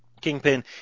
Kingpin